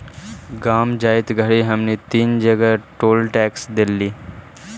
गाँव जाइत घड़ी हमनी तीन जगह पर टोल टैक्स देलिअई